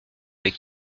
avec